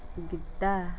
Giddha